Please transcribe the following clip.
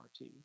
RT